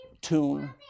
tune